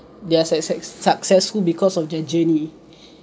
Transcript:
they're success successful because of their journey